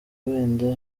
wenda